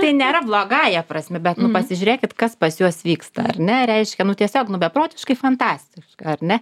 tai nėra blogąja prasme bet nu pasižiūrėkit kas pas juos vyksta ar ne reiškia nu tiesiog beprotiškai fantastiška ar ne